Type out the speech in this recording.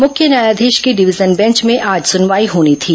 मुख्य न्यायाधीश की डिवीजन बेंच में आज सुनवाई होनी थी